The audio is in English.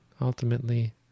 ultimately